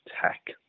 tech